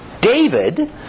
David